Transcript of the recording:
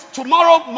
tomorrow